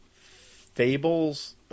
Fables